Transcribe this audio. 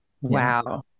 Wow